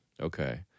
okay